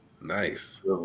Nice